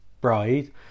bride